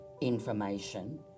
information